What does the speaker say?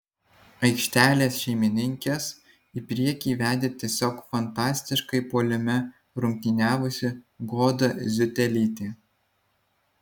aikštelės šeimininkes į priekį vedė tiesiog fantastiškai puolime rungtyniavusi goda ziutelytė